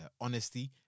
honesty